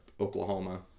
Oklahoma